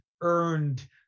earned